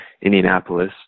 Indianapolis